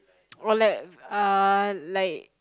or like uh like